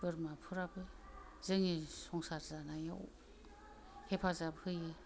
बोरमाफोराबो जोंनि संसार जानायाव हेफाजाब होयो